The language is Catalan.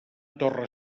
torre